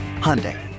Hyundai